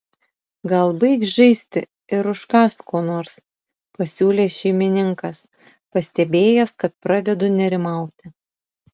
gal baik žaisti ir užkąsk ko nors pasiūlė šeimininkas pastebėjęs kad pradedu nerimauti